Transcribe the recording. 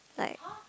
like